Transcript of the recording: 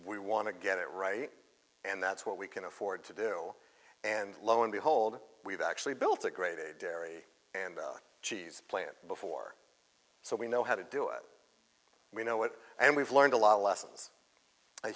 we want to get it right and that's what we can afford to do and lo and behold we've actually built a great a dairy and cheese plan before so we know how to do it we know what and we've learned a lot of lessons a